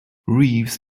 reeves